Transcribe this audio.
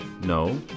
no